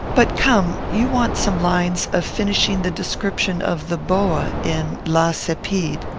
but, come, you want some lines of finishing the description of the boa in la cepide.